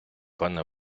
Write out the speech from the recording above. пане